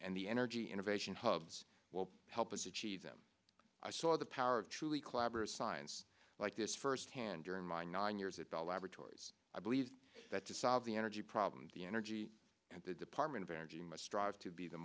and the energy innovation hubs will help us achieve them i saw the power of truly clabber science like this firsthand during my nine years at bell laboratories i believe that to solve the energy problem the energy and the department of energy must strive to be the